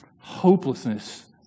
hopelessness